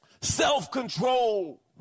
self-control